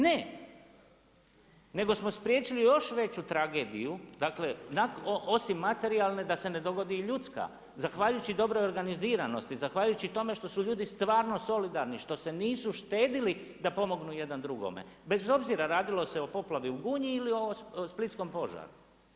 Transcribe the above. Ne, nego smo spriječili još veću tragediju dakle osim materijalne, da se ne dogodi i ljudska zahvaljujući dobroj organiziranosti, zahvaljujući tome što su ljudi stvarno solidarni, što se nisu štedili da pomognu jedan drugome, bez obzira radilo se o poplavi u Gunji ili ovo o splitskom požaru.